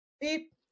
beep